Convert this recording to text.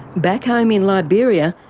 back home in liberia,